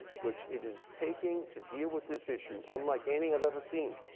which it is taking to deal with this issue unlike any i've ever seen.